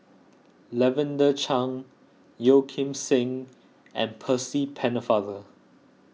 Lavender Chang Yeo Kim Seng and Percy Pennefather